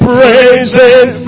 Praising